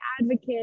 advocate